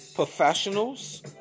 professionals